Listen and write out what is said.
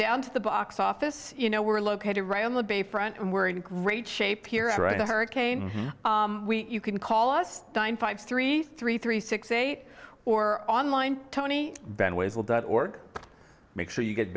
down to the box office you know we're located right on the bay front and we're in great shape here and right now hurricane you can call us dime five three three three six eight or online tony benn ways will dot org make sure you get